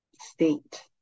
state